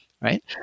right